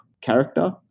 character